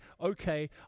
okay